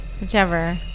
Whichever